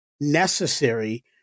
necessary